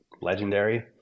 legendary